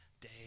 day